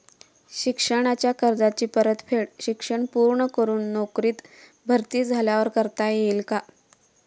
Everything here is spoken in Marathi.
शिक्षणाच्या कर्जाची परतफेड शिक्षण पूर्ण करून नोकरीत भरती झाल्यावर करता येईल काय?